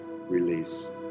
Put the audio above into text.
release